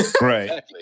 Right